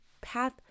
path